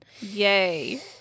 Yay